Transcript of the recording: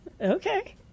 okay